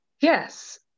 Yes